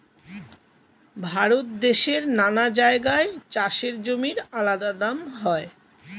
ভারত দেশের নানা জায়গায় চাষের জমির আলাদা দাম হয়